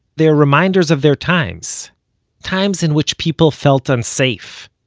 they're reminders of their times times in which people felt unsafe,